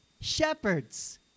shepherds